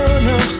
no